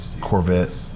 Corvette